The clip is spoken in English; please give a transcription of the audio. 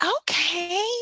okay